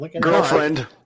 Girlfriend